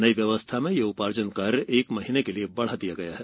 नई व्यवस्था में यह उपार्जन कार्य एक माह के लिए बढ़ा दिया गया है